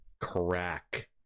crack